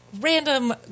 random